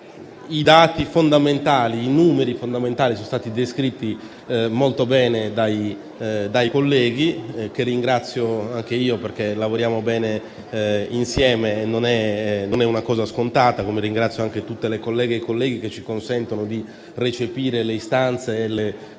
i numeri fondamentali sono stati descritti molto bene dai colleghi, che ringrazio perché lavoriamo bene insieme, e non è una cosa scontata. Ringrazio anche tutte le colleghe e i colleghi che ci consentono di recepire le istanze e i tanti